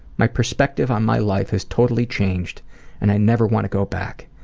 my perspective on my life has totally changed and i never want to go back.